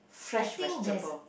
I think that